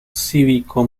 cívico